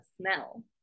smell